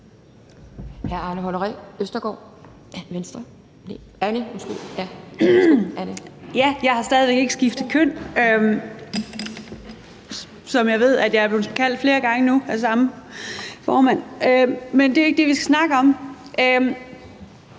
Jeg har stadig væk ikke skiftet køn – jeg er nu blevet kaldt det flere gange af den samme formand. Men det er ikke det, vi skal snakke om.